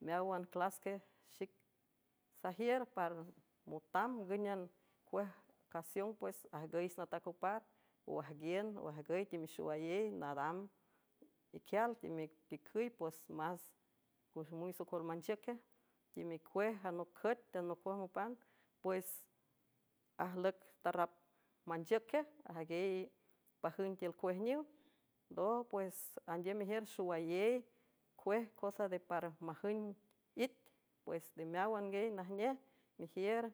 Meáwan clasque xic sajiür par motam ngǘnan cuej casión pues ajgüych natac opar oajguiün oajgüy temixowayey nadam iquial temepicüy pues más güx mun socol manchiüque ymecuej anocüet teanocaj mopan pues ajlüc tarrap manchiüc qua ey pajün tiül cuejniw ndoj pues andiüm mejiür xowayey cuej cosa de parmajün it pues nde meáwan guiey najnej mejiür